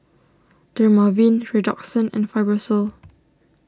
Dermaveen Redoxon and Fibrosol